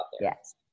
Yes